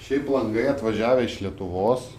šiaip langai atvažiavę iš lietuvos